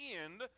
end